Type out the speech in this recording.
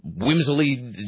whimsily